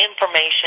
information